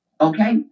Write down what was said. Okay